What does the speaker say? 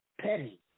Petty